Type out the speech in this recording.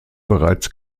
bereits